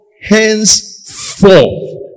henceforth